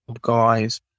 guys